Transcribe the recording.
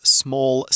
small